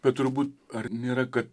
bet turbūt ar nėra kad